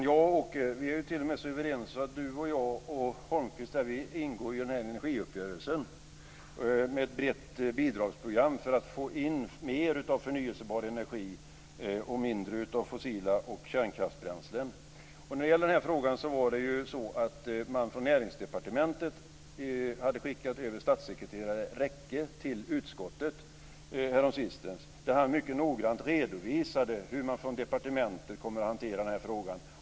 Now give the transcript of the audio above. Fru talman! Vi är t.o.m. så överens att Åke Sandström, jag och Nils-Göran Holmqvist ingår i den här energiuppgörelsen med ett brett bidragsprogram för att få in mer av förnyelsebar energi och mindre av fossila bränslen och kärnkraftsbränslen. När det gäller den här frågan var det så att man häromsistens från Näringsdepartementet skickade över statssekreterare Rekke till utskottet, där han mycket noggrant redovisade hur departementet kommer att hantera frågan.